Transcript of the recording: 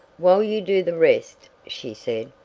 while you do the rest, she said,